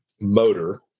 Motor